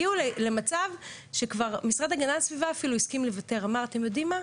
עד שהגיעו מים עד נפש ואמרו די,